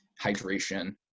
hydration